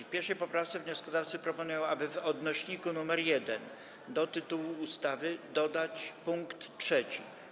W 1. poprawce wnioskodawcy proponują, aby w odnośniku nr 1 do tytułu ustawy dodać pkt 3.